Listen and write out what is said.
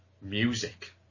music